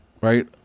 right